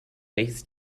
welches